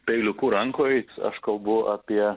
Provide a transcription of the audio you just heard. peiliuku rankoj aš kalbu apie